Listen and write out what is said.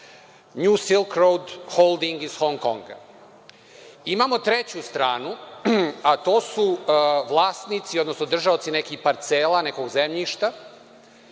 „Nju Silkroud Holding“ iz Hon Konga. Imamo treću stranu, a to su vlasnici, odnosno držaoci nekih parcela nekog zemljišta